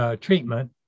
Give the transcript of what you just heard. treatment